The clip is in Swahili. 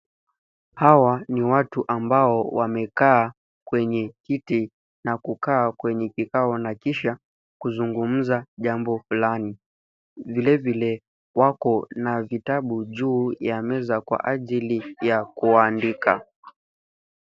Hawa ni watu ambao wamekaa kwenye kiti na kukaa kwenye kikao na kisha kuzungumza jambo fulani. Vile vile wako na vitabu juu ya meza kwa ajili ya kuandika.